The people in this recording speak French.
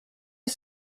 est